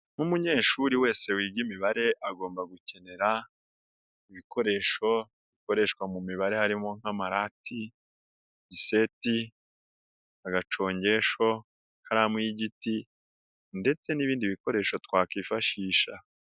Nk'umunyeshuri wese wiga imibare agomba gukenera ibikoresho bikoreshwa mu mibare harimo nk'amarati, seti, agacongesho, ikaramu y'igiti ndetse n'ibindi bikoresho twakwifashisha.